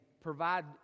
provide